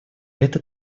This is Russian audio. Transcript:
эта